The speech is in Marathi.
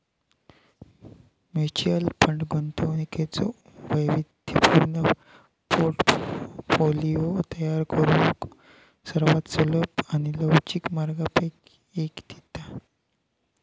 म्युच्युअल फंड गुंतवणुकीचो वैविध्यपूर्ण पोर्टफोलिओ तयार करुक सर्वात सुलभ आणि लवचिक मार्गांपैकी एक देता